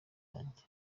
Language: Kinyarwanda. yanjye